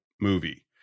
movie